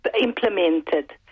implemented